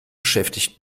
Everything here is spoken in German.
beschäftigt